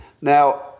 Now